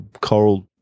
coral